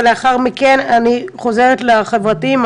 ולאחר מכן אני חוזרת לחברתיים,